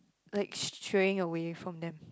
like straying away from them